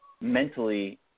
mentally